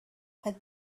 had